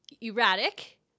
erratic